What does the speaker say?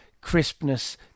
crispness